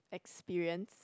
experience